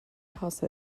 house